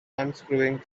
unscrewing